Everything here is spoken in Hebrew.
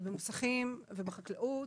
במוסכים ובחקלאות